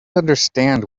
understand